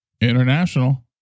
international